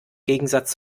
gegensatz